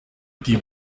die